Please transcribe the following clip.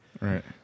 Right